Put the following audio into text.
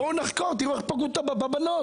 בואו נחקור, תראו איך פגעו בבנות.